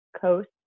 Coast